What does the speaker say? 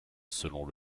selon